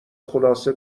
خلاصه